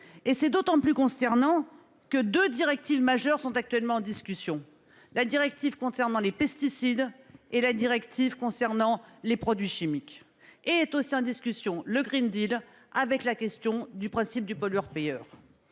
Et c'est d'autant plus consternant que de directives majeurs sont actuellement en discussion. La directive concernant les pesticides et la directive concernant les produits chimiques et être au sein discussion le Green Deal avec la question du principe du pollueur-payeur.